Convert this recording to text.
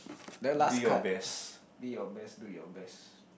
the last card be your best do your best